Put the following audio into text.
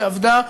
עבדה,